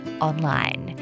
online